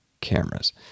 cameras